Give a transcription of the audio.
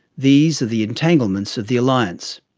these are the entanglements of the alliance.